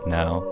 now